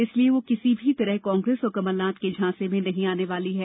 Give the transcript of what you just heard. इसलिए वह किसी भी तरह कांग्रेस और कमलनाथ के झांसे में आने वाली नहीं है